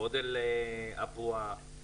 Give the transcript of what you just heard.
גודל הבועה.